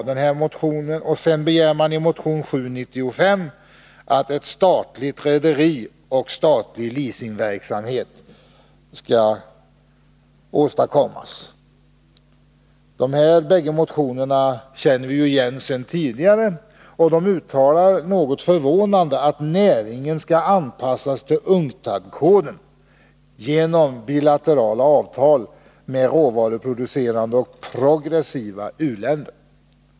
I motionen begärs vidare att ett statligt rederi och statlig leasingverksamhet skall åstadkommas. Dessa båda krav känner vi igen sedan tidigare. Man talar något förvånande om att näringen skall anpassas till UNCTAD-koden genom bilaterala avtal med råvaruproducerande och progressiva u-länder.